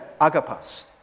agapas